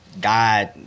God